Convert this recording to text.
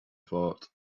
thought